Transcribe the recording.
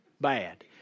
bad